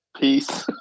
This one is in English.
Peace